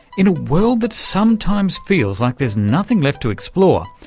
in a world that sometimes feels like there's nothing left to explore,